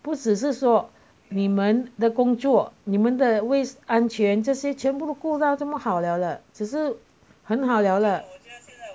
不只是说你们的工作你们的卫安全这些全部顾这么好了了只是很好了了